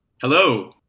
Hello